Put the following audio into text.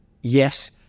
yes